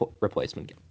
replacement